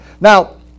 Now